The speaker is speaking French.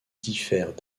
diffèrent